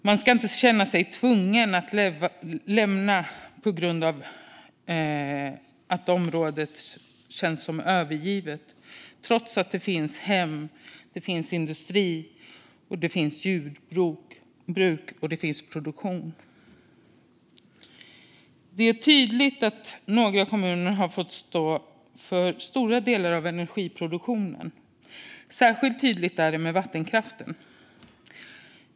Man ska inte känna sig tvungen att lämna ett område för att det känns övergivet, trots att det finns hem, industri, jordbruk och produktion. Det är tydligt att några kommuner har fått stå för stora delar av energiproduktionen. Särskilt tydligt är det med vattenkraften.